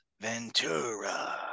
Ventura